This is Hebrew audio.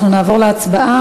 אנחנו נעבור להצבעה.